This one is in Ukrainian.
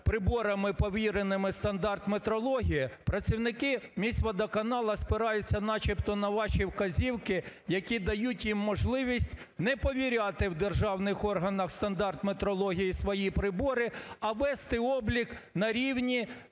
приборами, повіреними стандартметрологія, працівники міськводоканалу спираються начебто на ваші вказівки, які дають їм можливість не повіряти в державних органах стандартметрології свої прибори, а вести облік на рівні